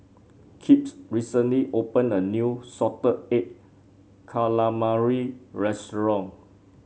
Kipp's recently opened a new Salted Egg Calamari restaurant